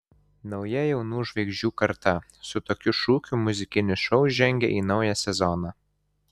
nauja jaunų žvaigždžių karta su tokiu šūkiu muzikinis šou žengia į naują sezoną